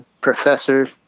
professor